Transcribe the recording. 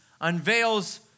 unveils